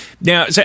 Now